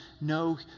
no